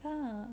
!huh!